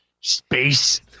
space